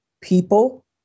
people